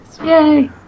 Yay